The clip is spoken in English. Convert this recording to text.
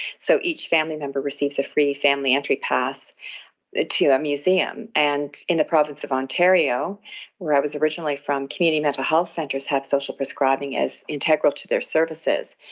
so each family member receives a free family entry pass to a museum. and in the province of ontario where i was originally from, canadian mental health centres have social prescribing as integral to their services.